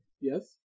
Yes